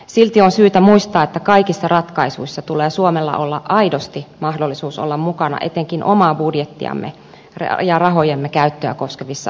silti on syytä muistaa että kaikissa ratkaisuissa tulee suomella olla aidosti mahdollisuus olla mukana etenkin omaa budjettiamme ja rahojemme käyttöä koskevissa asioissa